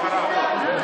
אין בעיה.